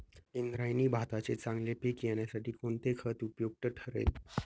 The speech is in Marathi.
इंद्रायणी भाताचे चांगले पीक येण्यासाठी कोणते खत उपयुक्त ठरेल?